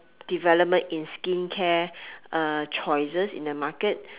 development in skincare uh choices in the market